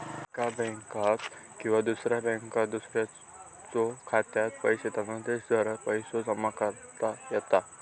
एकाच बँकात किंवा वेगळ्या बँकात दुसऱ्याच्यो खात्यात धनादेशाद्वारा पैसो जमा करता येतत